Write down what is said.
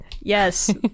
Yes